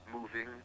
moving